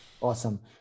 Awesome